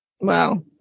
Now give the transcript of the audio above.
Wow